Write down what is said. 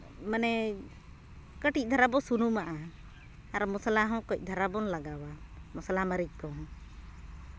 ᱢᱟᱱᱮ ᱠᱟᱹᱴᱤᱡ ᱫᱷᱟᱨᱟ ᱵᱚᱱ ᱥᱩᱱᱩᱢᱟᱜᱼᱟ ᱟᱨ ᱢᱚᱥᱞᱟ ᱦᱚᱸ ᱠᱟᱹᱡ ᱫᱷᱟᱨᱟ ᱵᱚᱱ ᱞᱟᱜᱟᱣᱟ ᱢᱚᱥᱞᱟ ᱢᱟᱹᱨᱤᱪ ᱠᱚᱦᱚᱸ